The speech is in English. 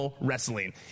Wrestling